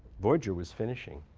voyager was finishing.